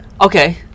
Okay